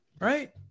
Right